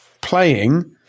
playing